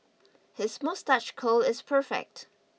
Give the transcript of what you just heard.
his moustache curl is perfect